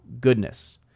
goodness